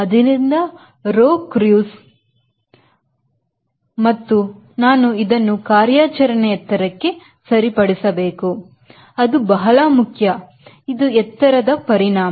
ಆದ್ದರಿಂದ rho cruise ಆದ ಆದ್ದರಿಂದ ನಾನು ಇದನ್ನು ಕಾರ್ಯಾಚರಣೆ ಎತ್ತರಕೆ ಸರಿಪಡಿಸಬೇಕು ಅದು ಬಹಳ ಮುಖ್ಯ ಇದು ಎತ್ತರ ಪರಿಣಾಮ